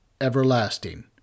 everlasting